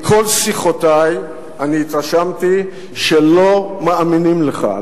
מכל שיחותי אני התרשמתי שלא מאמינים לך,